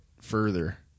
further